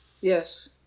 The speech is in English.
yes